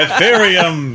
Ethereum